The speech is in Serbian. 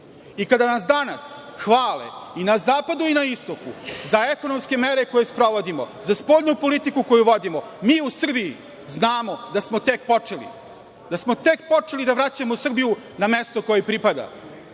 nas danas hvale i na zapadu i na istoku za ekonomske mere koje sprovodimo, za spoljnu politiku koju vodimo, mi u Srbiji znamo da smo tek počeli, da smo tek počeli da vraćamo Srbiju na mesto koje joj pripada.